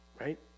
Right